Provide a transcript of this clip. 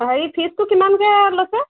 হেৰি ফিজটো কিমানকৈ লৈছে